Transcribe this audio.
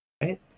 Right